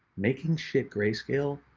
making shit grayscale?